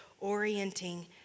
orienting